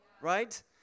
right